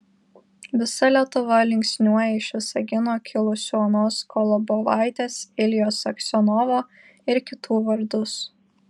visa lietuva linksniuoja iš visagino kilusių onos kolobovaitės iljos aksionovo ir kitų vardus